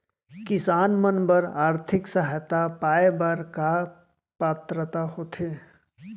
किसान मन बर आर्थिक सहायता पाय बर का पात्रता होथे?